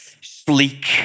sleek